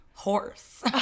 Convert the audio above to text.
Horse